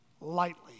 lightly